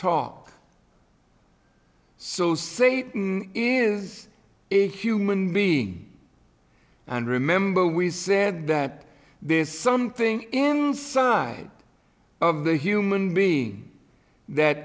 talk so satan is a human being and remember we said that this something inside of the human being that